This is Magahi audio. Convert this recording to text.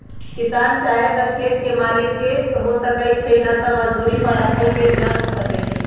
किसान चाहे त खेत के मालिक हो सकै छइ न त मजदुरी पर राखल गेल जन हो सकै छइ